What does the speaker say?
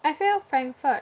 I feel Frankfurt